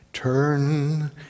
Turn